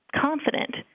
confident